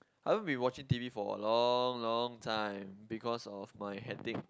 I haven't been watching T_V for a long long time because of my hectic